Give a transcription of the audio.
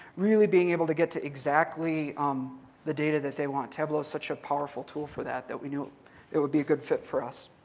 really being able to get to exactly um the data that they want. tableau is such a powerful tool for that that we knew it would be a good fit for us.